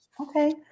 Okay